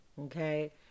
Okay